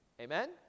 amen